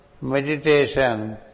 meditation